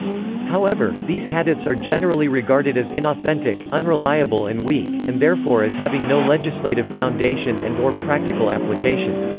however, these hadiths are generally regarded as inauthentic, unreliable and weak, and therefore as having no legislative foundation and or practical application.